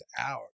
out